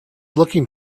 looking